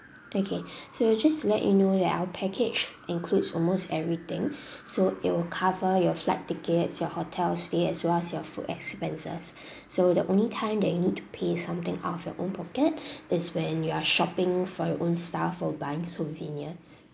okay so just to let you know that our package includes almost everything so it will cover your flight tickets your hotel stay as well as your food expenses so the only time that you need to pay something out of your own pocket is when you're shopping for your own stuff or buying souvenirs